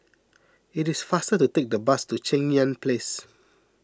it is faster to take the bus to Cheng Yan Place